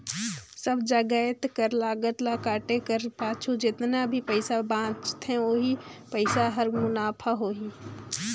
सब जाएत कर लागत ल काटे कर पाछू जेतना भी पइसा बांचथे ओही पइसा हर मुनाफा होही